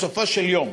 בסופו של יום,